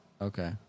Okay